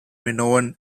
minoan